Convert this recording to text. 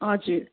हजुर